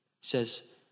says